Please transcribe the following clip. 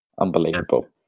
Unbelievable